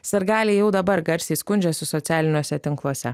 sirgaliai jau dabar garsiai skundžiasi socialiniuose tinkluose